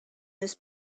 this